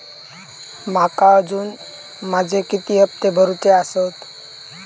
माका अजून माझे किती हप्ते भरूचे आसत?